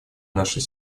нашей